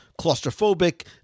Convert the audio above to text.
claustrophobic